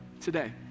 today